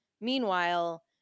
Meanwhile